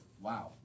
wow